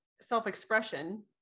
self-expression